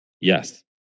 Yes